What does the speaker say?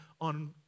on